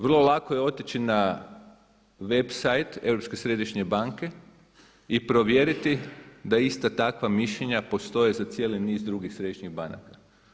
Vrlo lako je otići na web site Europske središnje banke i provjeriti da ista takva mišljenja postoje za cijeli niz drugih središnjih banaka.